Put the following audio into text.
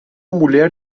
mulher